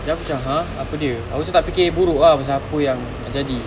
then aku cam !huh! apa dia aku cam tak fikir buruk ah pasal apa yang nak jadi